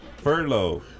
Furlough